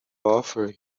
offer